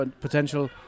potential